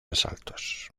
asaltos